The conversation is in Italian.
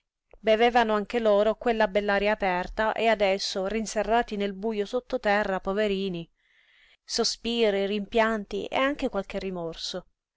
bevevano anche loro quella bell'aria aperta e adesso rinserrati nel bujo sottoterra poverini sospiri rimpianti e anche qualche rimorso